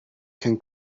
can